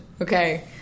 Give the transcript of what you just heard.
okay